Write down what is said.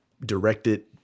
directed